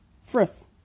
Frith